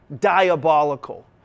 diabolical